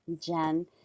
Jen